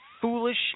foolish